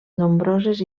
nombroses